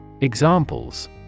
Examples